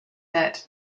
debt